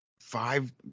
five